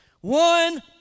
One